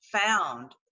found